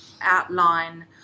outline